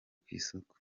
kwisoko